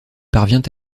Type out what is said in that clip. parvient